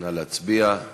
נא להצביע.